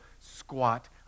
squat